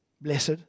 Blessed